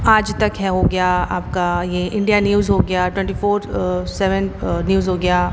आज तक हैं हो गया आपका ये इंडिया न्यूज़ हो गया ट्वेंटी फौर सेवन न्यूज़ हो गया